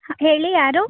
ಹೇಳಿ ಯಾರು